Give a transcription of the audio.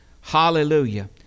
hallelujah